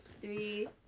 Three